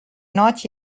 not